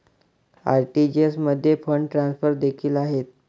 RTGS मध्ये fund transfer देखील आहेत